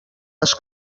les